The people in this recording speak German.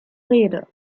rede